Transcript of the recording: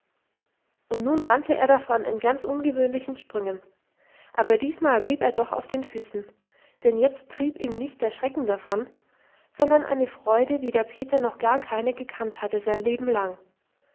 und nun rannte er davon in ganz ungewöhnlichen sprüngen aber diesmal blieb er doch auf den füßen denn jetzt trieb ihn nicht der schrecken davon sondern eine freude wie der peter noch gar keine gekannt hatte sein leben lang